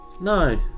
No